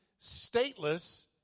stateless